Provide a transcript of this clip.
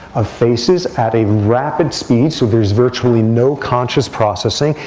of faces at a rapid speed. so there's virtually no conscious processing.